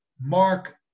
Mark